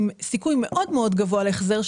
עם סיכוי מאוד מאוד גבוה להחזר.